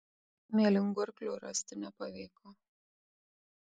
mėlyngurklių rasti nepavyko